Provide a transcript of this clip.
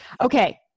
Okay